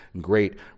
great